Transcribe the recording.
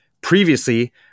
Previously